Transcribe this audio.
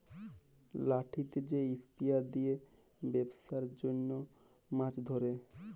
লাঠিতে যে স্পিয়ার দিয়ে বেপসার জনহ মাছ ধরে